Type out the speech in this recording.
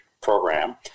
program